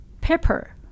pepper